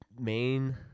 main